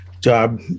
job